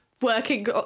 working